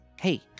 hey